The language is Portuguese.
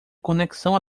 conexão